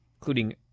including